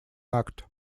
act